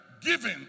Giving